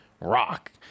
Rock